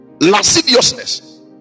lasciviousness